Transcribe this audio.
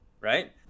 right